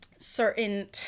certain